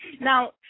Now